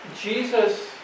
Jesus